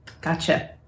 Gotcha